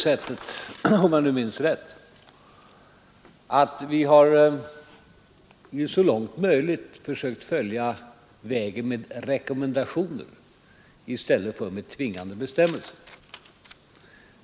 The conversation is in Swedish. Om jag minns rätt, försökte vi så långt möjligt följa vägen med rekommendationer i stället för med tvingande bestämmelser.